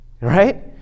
right